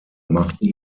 machten